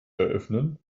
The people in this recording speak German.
eröffnen